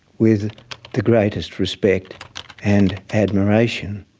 with the greatest respect and admiration.